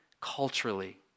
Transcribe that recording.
culturally